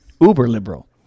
Uber-liberal